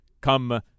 Come